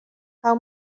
how